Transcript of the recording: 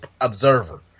observer